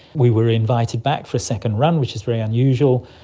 we were invited back for a second run, which is very unusual.